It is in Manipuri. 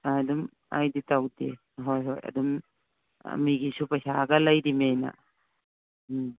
ꯑꯗꯨꯝ ꯑꯩꯗꯤ ꯇꯧꯗꯦ ꯍꯣꯏ ꯍꯣꯏ ꯑꯗꯨꯝ ꯃꯤꯒꯤꯁꯨ ꯄꯩꯁꯥꯒ ꯂꯩꯔꯤꯕꯅꯤꯅ ꯎꯝ